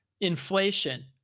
inflation